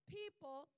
people